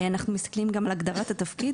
אנחנו מסתכלים גם על הגדרת התפקיד,